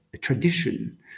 tradition